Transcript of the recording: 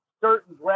certain